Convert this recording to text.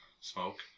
smoke